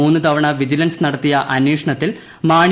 മൂന്ന് തവണ വിജിലൻസ് നടത്തിയ അന്വേഷണത്തിൽ മാണിച്ച